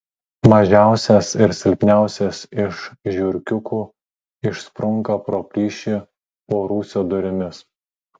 mažiausias ir silpniausias iš žiurkiukų išsprunka pro plyšį po rūsio durimis